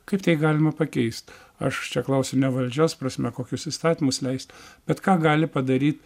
kaip tai galima pakeist aš čia klausiu ne valdžios prasme kokius įstatymus leist bet ką gali padaryt